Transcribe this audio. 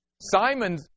Simon